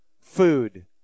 Food